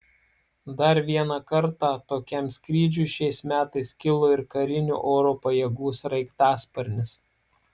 dar vieną kartą tokiam skrydžiui šiais metais kilo ir karinių oro pajėgų sraigtasparnis